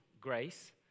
grace